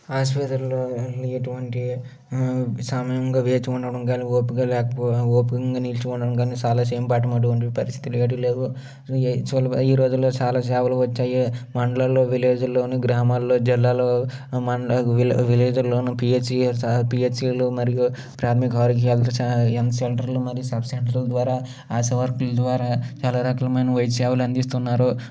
ఆసుపత్రిలో ఎటువంటి సమయంగా వేచి ఉండటం కానీ ఓపిగ్గా ఓపికగా నిలిచి ఉండటం కా ని చాలాసేపు అటువంటి పరిస్థితులు ఏటి లేవు ఈ రోజుల్లో చాలా సేవలు వచ్చాయి మండలాల్లో విలేజుల్లో గ్రామాల్లో జిల్లాలో విలేజ్లోనూ పిహెచ్సిఎ సహా పిహెచ్ఎలు మరియు ప్రాథమిక ఆరోగ్య కేంద్రాలు హెల్త్ సెంటర్లు మరియు సబ్సెంటర్ల ద్వారా ఆశ వర్కర్ల ద్వారా చాలా రకాలమైన వైద్య సేవలు అందిస్తున్నారు